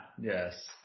Yes